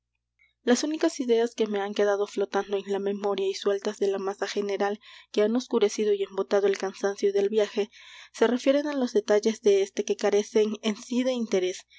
las únicas ideas que me han quedado como flotando en la memoria y sueltas de la masa general que ha oscurecido y embotado el cansancio del viaje se refieren á los detalles de éste que carecen en sí de interés